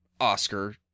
Oscar